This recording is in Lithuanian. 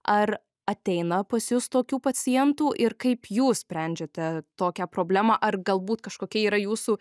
ar ateina pas jus tokių pacientų ir kaip jūs sprendžiate tokią problemą ar galbūt kažkokia yra jūsų